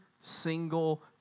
single